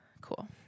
Cool